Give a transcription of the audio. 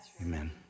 Amen